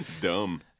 Dumb